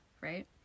right